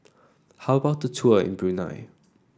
how about the tour in Brunei